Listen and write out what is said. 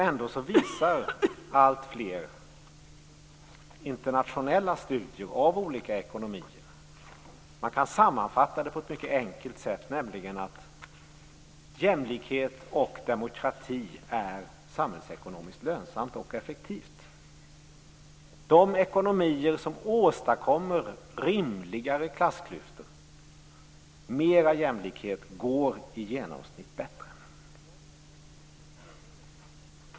Ändå visar alltfler internationella studier av olika ekonomier något som kan sammanfattas på ett mycket enkelt sätt: Jämlikhet och demokrati är samhällsekonomiskt lönsamt och effektivt. Det ekonomier som åstadkommer rimligare klassklyftor och mer jämlikhet går i genomsnitt bättre.